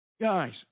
Guys